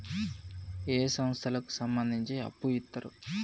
ఏ సంస్థలకు సంబంధించి అప్పు ఇత్తరు?